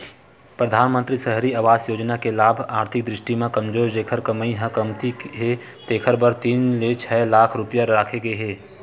परधानमंतरी सहरी आवास योजना के लाभ आरथिक दृस्टि म कमजोर जेखर कमई ह कमती हे तेखर बर तीन ले छै लाख रूपिया राखे गे हे